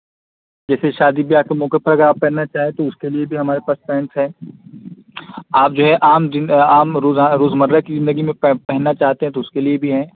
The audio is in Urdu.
جیسے شادی بیا کے موقے پر آپ پہننا چاہیں تو اس کے لیے بھی ہمارے پاس پرینٹس ہیں آپ جو ہے عام عام روز روزمرہ کی زندگی میں پہ پہننا چاہتے ہیں تو اس کے لیے بھی ہیں